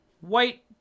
white